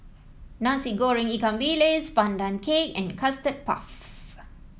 Nasi Goreng Ikan Bilis Pandan Cake and Custard Puff